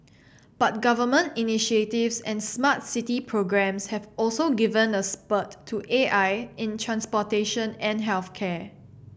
but government initiatives and smart city programs have also given a spurt to A I in transportation and health care